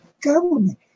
government